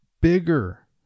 bigger